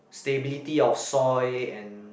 stability of soil and